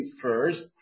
first